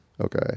Okay